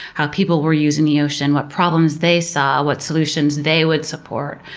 how people were using the ocean, what problems they saw, what solutions they would support,